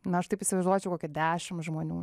na aš taip įsivaizduočiau kokia dešimt žmonių